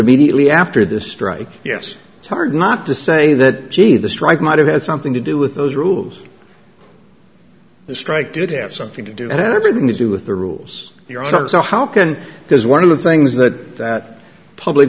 immediately after this strike yes it's hard not to say that he the strike might have had something to do with those rules the strike did have something to do that had everything to do with the rules there are so how can because one of the things that that public